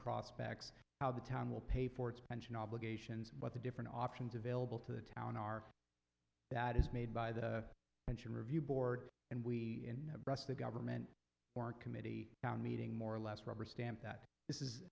prospects how the town will pay for its pension obligations what the different options available to the town are that is made by the pension review board and we in rest the government or committee meeting more or less rubber stamp that this is